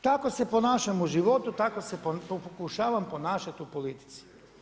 Tako se ponašam u životu, tako se pokušavam ponašat u politici.